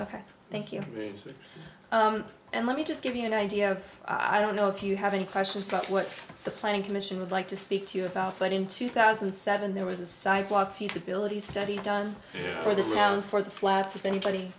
ok thank you and let me just give you an idea i don't know if you have any questions about what the planning commission would like to speak to you about but in two thousand and seven there was a sidewalk feasibility study done for the town for the flats if anybody